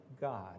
God